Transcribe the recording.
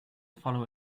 follow